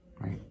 right